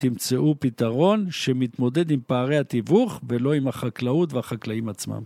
תמצאו פתרון שמתמודד עם פערי הטיבוך ולא עם החקלאות והחקלאים עצמם.